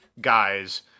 guys